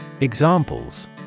Examples